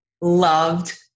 loved